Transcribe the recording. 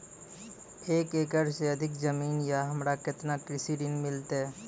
एक एकरऽ से अधिक जमीन या हमरा केतना कृषि ऋण मिलते?